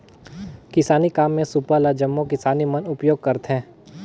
किसानी काम मे सूपा ल जम्मो किसान मन उपियोग करथे